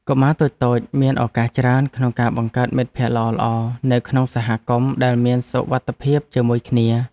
កុមារតូចៗមានឱកាសច្រើនក្នុងការបង្កើតមិត្តភក្តិល្អៗនៅក្នុងសហគមន៍ដែលមានសុវត្ថិភាពជាមួយគ្នា។